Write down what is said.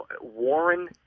Warren